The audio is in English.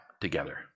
together